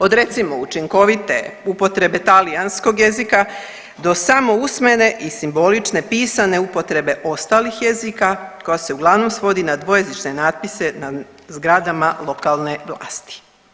Od recimo učinkovite upotrebe talijanskog jezika do samousmene i simbolične pisane upotrebe ostalih jezika koja se uglavnom svodi na dvojezične natpise na zgradama lokalne vlasti.